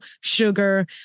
sugar